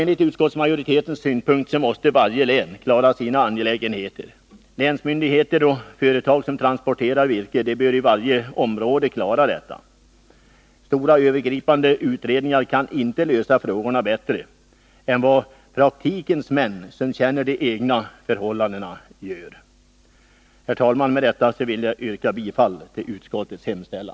Enligt utskottsmajoritetens uppfattning bör varje län klara sina angelägenheter. Länsmyndigheter och företag som transporterar virke bör i varje område eller region klara detta. Stora övergripande utredningar kan inte klara frågorna bättre än vad praktikens män som känner de egna förhållandena gör. Herr talman! Med detta vill jag yrka bifall till utskottets hemställan.